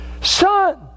Son